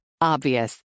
Obvious